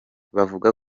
bavuga